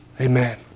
Amen